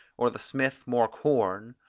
or the smith more corn,